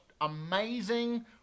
amazing